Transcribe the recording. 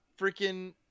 freaking